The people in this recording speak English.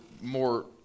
more